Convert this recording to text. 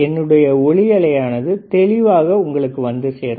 என்னுடைய ஒலி அலையானது தெளிவாக உங்களுக்கு வந்து சேரும்